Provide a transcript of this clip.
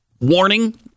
warning